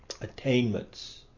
attainments